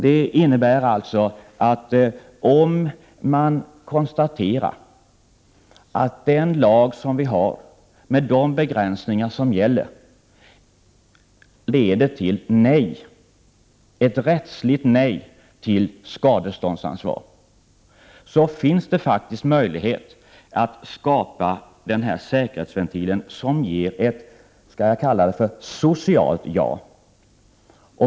Det innebär att det, i de fall det kan konstateras att den lag vi har, med de begränsningar som gäller, leder till ett rättsligt nej till skadeståndsansvar, faktiskt finns en möjlighet att skapa en säkerhetsventil som ger ett, jag kan kalla det socialt ja.